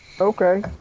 Okay